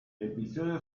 episodio